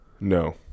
no